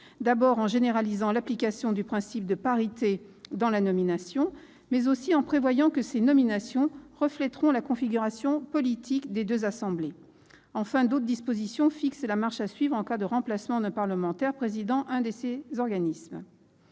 d'abord, en généralisant l'application du principe de parité dans les procédures de nomination, puis en prévoyant que ces nominations refléteront la configuration politique des deux assemblées. Enfin, d'autres dispositions fixent la marche à suivre dans le cas où un parlementaire présidant l'un de ces organismes